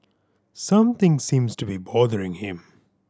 something seems to be bothering him